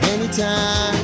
Anytime